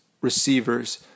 receivers